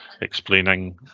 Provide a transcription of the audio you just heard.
explaining